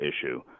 issue